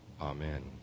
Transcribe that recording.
Amen